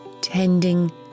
tending